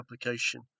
application